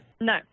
No